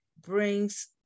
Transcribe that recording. brings